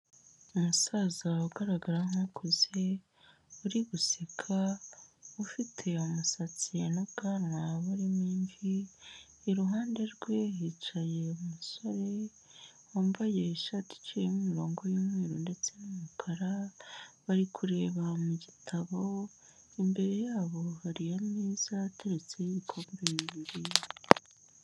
Umusaza ugaragara nk'ukuze, uri guseka ufite umusatsi n'ubwanwa burimo imvi, iruhande rwe hicaye umusore wambaye ishati iciyemo umurongo y'umweru ndetse n'umukara bari kureba mu gitabo, imbere ya bo hari ameza ateretseho ibikombe bibiri.